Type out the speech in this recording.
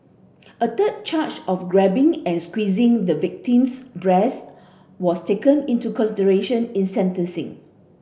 a third charge of grabbing and squeezing the victim's breasts was taken into consideration in sentencing